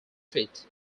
feet